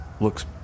looks